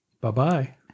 Bye-bye